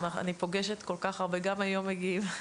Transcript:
אני פוגשת כל כך הרבה, גם היום מגיעים.